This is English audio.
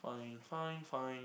fine fine fine